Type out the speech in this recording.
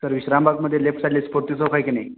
sir विश्रामबागमध्ये left साइडला स्फूर्ती चौक हाय की नाही